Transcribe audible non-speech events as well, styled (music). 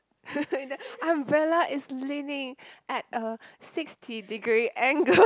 (laughs) umbrella is leaning at a sixty degree angle